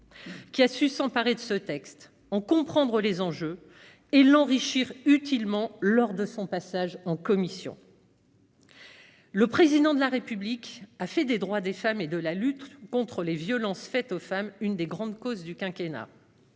qui a su s'emparer de ce texte, en comprendre les enjeux et l'enrichir utilement lors de son passage en commission. Le Président de la République a fait des droits des femmes et de la lutte contre les violences faites aux femmes l'une des grandes causes de son